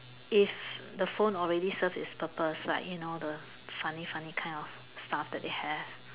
if the phone already serve its purpose you know the funny funny kind of stuff that they have